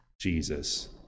Jesus